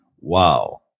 wow